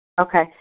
Okay